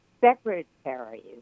secretaries